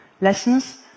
Lessons